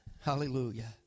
Hallelujah